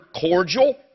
cordial